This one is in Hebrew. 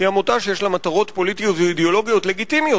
יש לה מטרות פוליטיות ואידיאולוגיות לגיטימיות,